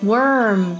Worm